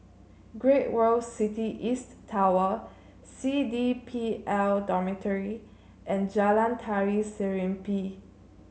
Great World City East Tower C D P L Dormitory and Jalan Tari Serimpi